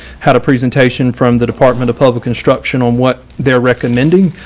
had a presentation from the department of public instruction on what they're recommending.